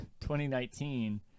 2019